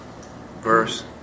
Verse